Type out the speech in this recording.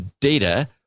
data